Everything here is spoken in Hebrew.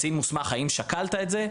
קצין מוסמך האם שקלת את זה?